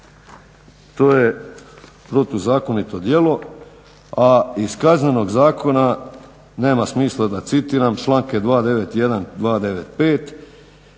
To je protuzakonito djelo, a iz Kaznenog zakona nema smisla da citiram članke 291., 295.